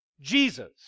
Jesus